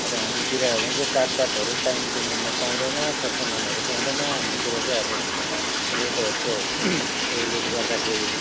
अब हाम्रोतिर हो भने चाहिँ काठपातहरू टाइम टुङ्गोमा पाउँदैन सर सामानहरू पाउँदैन हाम्रोतिर चाहिँ अब रोडहरूको ऊ योले गर्दाखेरि